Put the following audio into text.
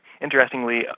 interestingly